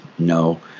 No